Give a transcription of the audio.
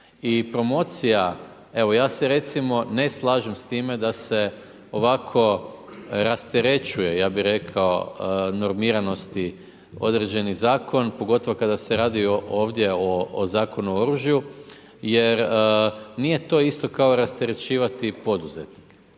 I promocija, evo ja se recimo, ne slažem s time, da se ovako rasterećuje, ja bi rekao, normiranosti određeni zakon, pogotovo kada se radi ovdje o Zakonu o oružju, jer nije to isto kao rasterećivati poduzetnike.